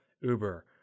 Uber